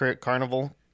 Carnival